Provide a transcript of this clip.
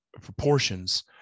proportions